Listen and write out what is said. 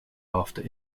after